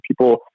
people